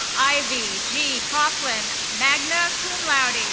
ivy g coughlin, magna cum laude.